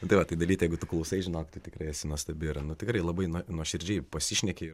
tai va tai dalyte jeigu tu klausais žinok tu tikrai esi nuostabi ir nu tikrai labai nuo nuoširdžiai pasišneki